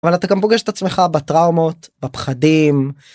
אבל אתה גם פוגש את עצמך בטראומות, בפחדים.